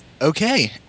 Okay